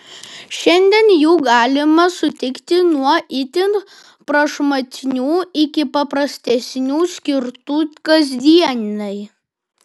šiandien jų galima sutikti nuo itin prašmatnių iki paprastesnių skirtų kasdienai